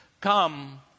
come